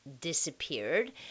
disappeared